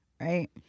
right